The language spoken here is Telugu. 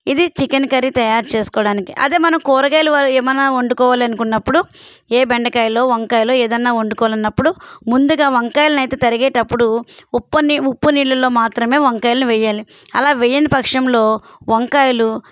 ఇది చికెన్ కర్రీ తయారు చేసుకోడానికి అదే మన కూరగాయలు ఏమన్నా వండుకోవాలనుకున్నప్పుడు ఏ బెండకాయలో వంకాయలో ఏదన్న వండుకోవాలనుకున్నప్పుడు ముందుగా వంకాయలనైతే తరిగేటప్పుడు ఉప్పు నీ ఉప్పు నీళ్ళల్లో మాత్రమే వంకాయలని వెయ్యాలి అలా వెయ్యని పక్షంలో వంకాయలు